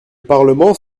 parlement